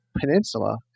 peninsula